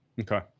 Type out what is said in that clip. Okay